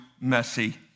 messy